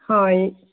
হয়